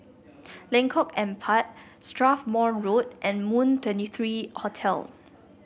Lengkok Empat Strathmore Road and Moon Twenty three Hotel